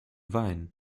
wein